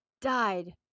died